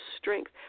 strength